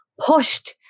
pushed